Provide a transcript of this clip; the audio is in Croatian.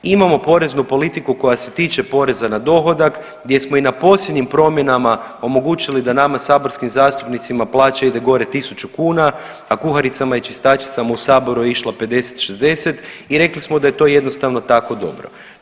Imamo poreznu politiku koja se tiče poreza na dohodak gdje smo i na posljednjim promjenama omogućili da nama saborskim zastupnicima plaća ide gore 1000 kuna, a kuharicama i čistačicama u Saboru je išlo 50, 60 i rekli smo da je to jednostavno tako dobro.